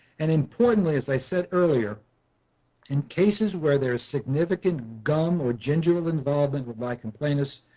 and importantly as i said earlier in cases where there's significant gum or gingival involvement of lichen planus,